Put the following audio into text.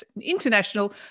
International